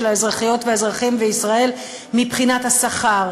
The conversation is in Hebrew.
האזרחיות והאזרחים בישראל מבחינת השכר.